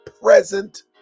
present